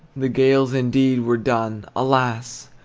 the gales indeed were done alas!